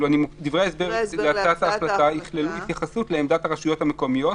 דברי ההסבר להצעת ההחלטה יכללו התייחסות לעמדת הרשויות המקומיות,